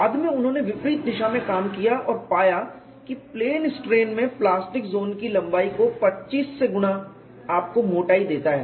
बाद में उन्होंने विपरीत दिशा में काम किया और पाया कि प्लेन स्ट्रेन में प्लास्टिक ज़ोन की लंबाई को 25 से गुणा आपको मोटाई देता है